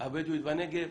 הבדואית בנגב.